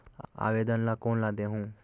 आवेदन ला कोन ला देहुं?